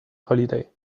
holiday